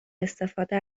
استفاده